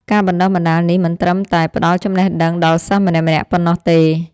ការបណ្ដុះបណ្ដាលនេះមិនត្រឹមតែផ្ដល់ចំណេះដឹងដល់សិស្សម្នាក់ៗប៉ុណ្ណោះទេ។